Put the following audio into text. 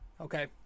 Okay